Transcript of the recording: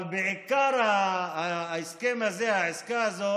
אבל בעיקר ההסכם הזה, העסקה הזו